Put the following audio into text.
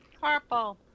Purple